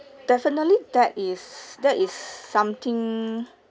definitely that is that is something